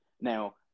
Now